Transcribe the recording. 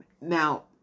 Now